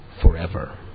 forever